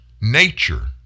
nature